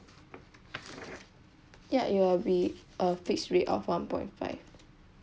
ya it will be a fixed rate of one point five